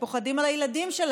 הם פוחדים על הילדים שלהם.